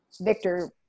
Victor